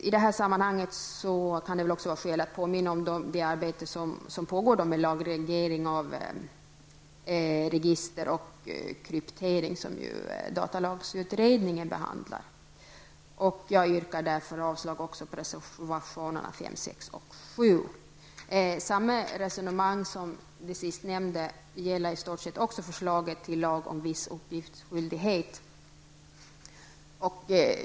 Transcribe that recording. I det här sammanhanget kan det också finnas skäl att påminna om det arbete som pågår med lagreglering av register och kryptering. Detta behandlas av datalagsutredningen. Jag yrkar avslag på reservationerna nr 5, 6 och 7. Samma resonemang som det sistnämnda gäller i stort sett också förslaget till lag om viss uppgiftsskyldighet.